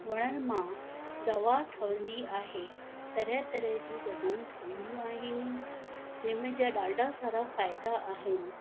वण मां दवा ठवंदी आहे तरह तरह जूं दवाऊं ठहंदियूं आहिनि निम जा ॾाढा सारा फ़ाइदा आहिनि